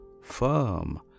firm